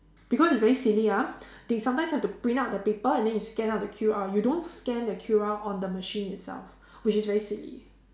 because it's very silly ah they sometimes have to print out the paper and then you scan out the Q_R you don't scan the Q_R on the machine itself which is very silly